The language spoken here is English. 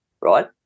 right